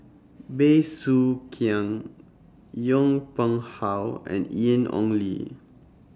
Bey Soo Khiang Yong Pung How and Ian Ong Li